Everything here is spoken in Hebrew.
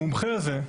המומחה הזה,